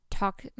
talk